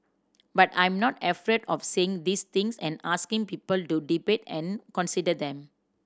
but I'm not afraid of saying these things and asking people to debate and consider them